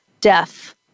death